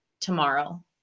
tomorrow